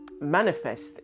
manifest